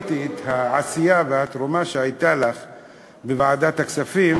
וראיתי את העשייה והתרומה שלך בוועדת הכספים,